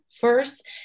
first